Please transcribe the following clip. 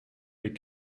les